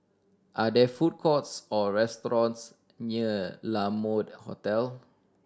are there food courts or restaurants near La Mode Hotel